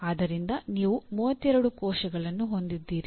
ಆದ್ದರಿಂದ ನೀವು 32 ಕೋಶಗಳನ್ನು ಹೊಂದಿದ್ದೀರಿ